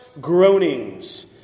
groanings